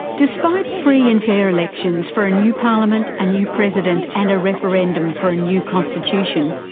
despite free and fair elections for a new parliament, a new president and a referendum for a new constitution,